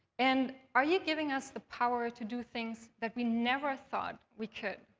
and are you giving us the power to do things that we never thought we could?